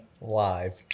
live